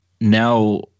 now